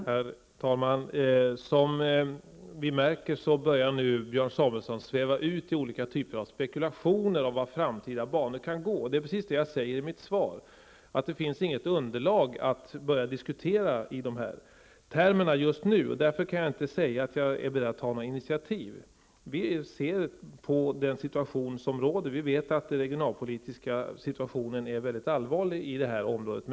Herr talman! Som vi märker börjar nu Björn Samuelson att sväva ut i olika typer av spekulationer om var framtida banor kan gå. Det är precis som jag säger i mitt svar att det just nu inte finns något underlag för att börja diskutera i dessa termer. Därför kan jag inte säga att jag är beredd att ta något initiativ. Vi ser på den situation som råder. Vi vet att den regionalpolitiska situationen är mycket allvarlig i området.